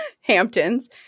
Hamptons